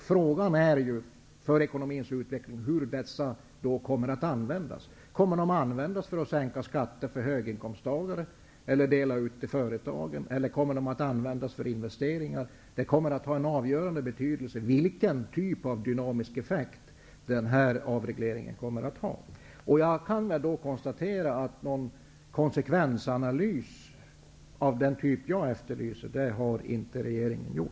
Frågan är hur dessa pengar kommer att användas. Kommer de att användas för att sänka skatterna för höginkomsttagare, delas ut till företagen eller till investeringar? Vilken typ av dynamiska effekter avregleringen kommer att få kommer att ha en avgörande betydelse. Regeringen har inte gjort någon konsekvensanalys av den typ jag efterlyser.